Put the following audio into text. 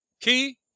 key